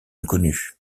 inconnue